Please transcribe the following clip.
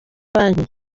banki